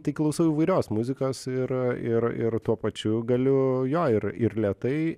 tai klausau įvairios muzikos ir ir ir tuo pačiu galiu jo ir ir lėtai